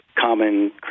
common